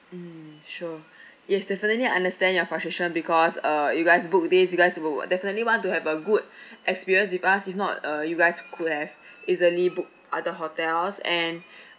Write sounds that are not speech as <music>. mm sure <breath> yes definitely understand your frustration because uh you guys book this you guys will definitely want to have a good <breath> experience with us if not uh you guys could have <breath> easily book other hotels and <breath>